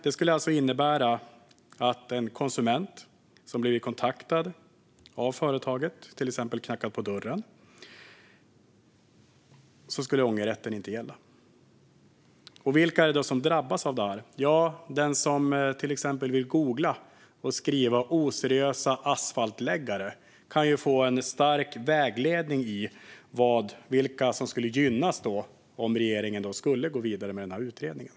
Det här innebär att för en konsument som blivit kontaktad av ett företag, till exempel genom att någon knackat på dörren, skulle ångerrätten inte gälla. Vilka är det som drabbas av detta? Den som googlar och skriver "oseriösa asfaltsläggare" kan få en stark vägledning om vilka som skulle gynnas om regeringen gick vidare med utredningen.